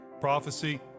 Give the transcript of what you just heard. prophecy